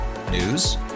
News